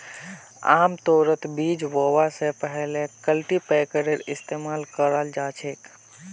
आमतौरत बीज बोवा स पहले कल्टीपैकरेर इस्तमाल कराल जा छेक